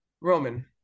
Roman